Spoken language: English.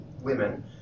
women